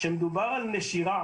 כשמדובר על נשירה